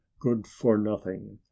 good-for-nothing